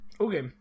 Okay